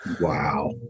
wow